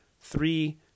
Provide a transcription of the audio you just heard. three